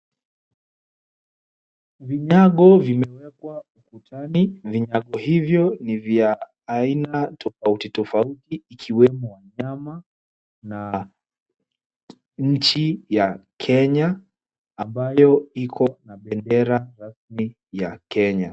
Vinyago vimewekwa ukutani. Vinyago hivyo ni vya aina tofauti tofauti ikiwemo wanyama na nchi ya Kenya ambayo iko na bendera rasmi ya Kenya.